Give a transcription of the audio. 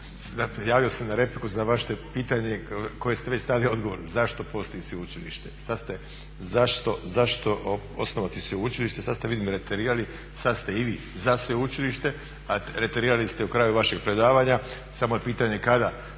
prijavio se na repliku za vaše pitanje koje ste već znali odgovor, zašto postoji sveučilište. Zašto osnovati sveučilište, sad ste vidim reterirali, sad ste i vi za sveučilište, a reterirali ste u kraju vašeg predavanja, samo je pitanje kada.